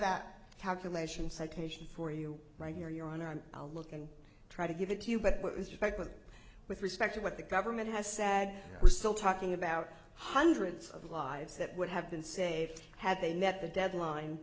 that calculation citation for you right here your honor i'm a look and try to give it to you but what is your take but with respect to what the government has said we're still talking about hundreds of lives that would have been saved had they met the deadline